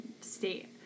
state